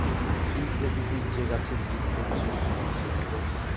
জুঁই প্রকৃতির যে গাছের বীজ থেকে শস্য হয় সেটা ওটস